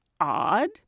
odd